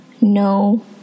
no